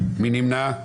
מי נמנע?